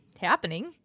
happening